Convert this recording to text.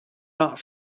not